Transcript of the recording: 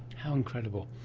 how incredible.